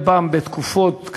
בטובכן, וסיעת